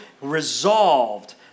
resolved